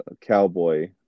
cowboy